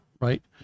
right